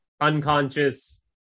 unconscious